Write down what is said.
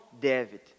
David